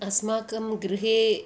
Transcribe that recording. अस्माकं गृहे